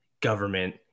government